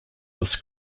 this